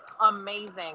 amazing